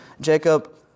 Jacob